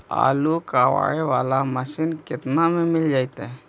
आलू कबाड़े बाला मशीन केतना में मिल जइतै?